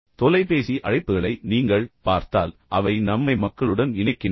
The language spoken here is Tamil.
எனவே தொலைபேசி அழைப்புகள் பொதுவாக நீங்கள் அதைப் பார்த்தால் அவை நம்மை மக்களுடன் இணைக்கின்றன